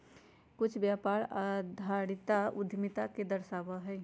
कुछ व्यापार परियोजना पर आधारित उद्यमिता के दर्शावा हई